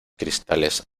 cristales